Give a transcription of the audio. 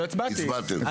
הצבעתם.